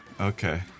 Okay